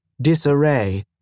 disarray